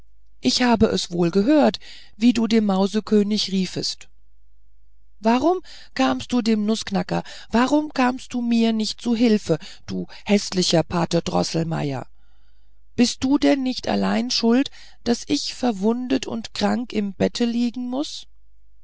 ich habe es wohl gehört wie du dem mausekönig riefest warum kamst du dem nußknacker warum kamst du mir nicht zu hilfe du häßlicher pate droßelmeier bist du denn nicht allein schuld daß ich verwundet und krank im bette liegen muß